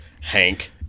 Hank